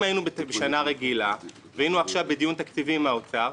אם היינו בשנה רגילה והיינו עכשיו בדיון תקציבי עם האוצר,